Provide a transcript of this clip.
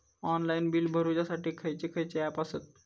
Online bill भरुच्यासाठी खयचे खयचे ऍप आसत?